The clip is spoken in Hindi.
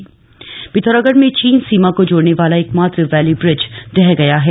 वैली ब्रिज पिथौरागढ़ में चीन सीमा को जोड़ने वाला एकमात्र वक्षी ब्रिज ढह गया है